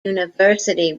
university